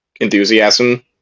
enthusiasm